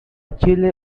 chile